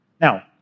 Now